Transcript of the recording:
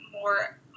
more